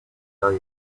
area